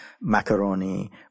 macaroni